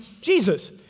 Jesus